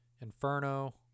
Inferno